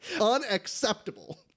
Unacceptable